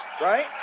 right